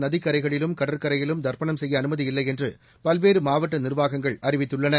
நதிக்கரைகளிலும் கடற்கரையிலும் தர்ப்பணம் செய்ய அனுமதி இல்லை என்று பல்வேறு மாவட்ட நிர்வாகங்கள் அறிவித்துள்ளன